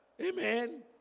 Amen